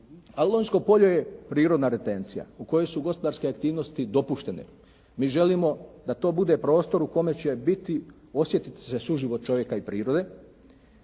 Lonjsko polje je prirodna retencija u kojoj su gospodarske aktivnosti dopuštene. Mi želimo da to bude prostor u kome će biti, osjetiti se suživot čovjeka i prirode,